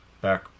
back